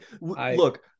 Look